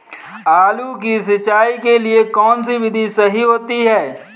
आलू की सिंचाई के लिए कौन सी विधि सही होती है?